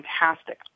fantastic